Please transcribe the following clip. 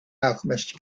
alchemist